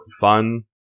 fun